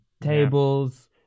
tables